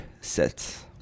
sets